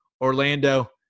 Orlando